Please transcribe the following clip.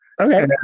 Okay